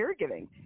caregiving